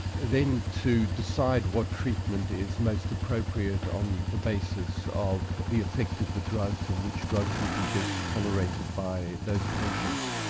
then to decide what treatment is most appropriate on the basis of the effect of the drugs, and which drugs will be best tolerated by those patients.